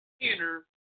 enter